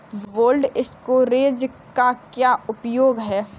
Cold storage का क्या उपयोग है?